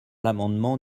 l’amendement